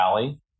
Valley